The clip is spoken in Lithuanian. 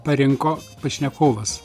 parinko pašnekovas